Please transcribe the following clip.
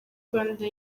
rwanda